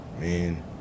man